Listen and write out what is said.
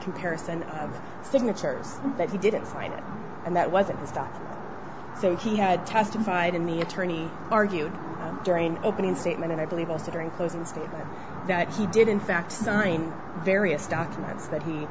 comparison of the signatures that he didn't sign it and that wasn't the start so he had testified in the attorney argued during opening statement and i believe also during closing statement that he did in fact sign various documents that he